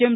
M